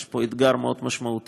יש פה אתגר מאוד משמעותי,